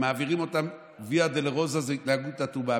אם מעבירים אותם ויה דולורוזה, זו התנהגות אטומה.